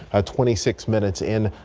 a twenty six minutes in.